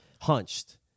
hunched